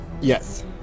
Yes